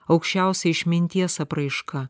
aukščiausia išminties apraiška